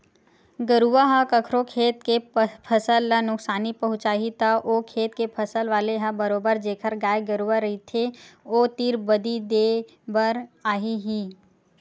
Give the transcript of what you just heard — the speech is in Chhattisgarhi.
गरुवा ह कखरो खेत के फसल ल नुकसानी पहुँचाही त ओ खेत के फसल वाले ह बरोबर जेखर गाय गरुवा रहिथे ओ तीर बदी देय बर आही ही